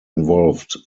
involved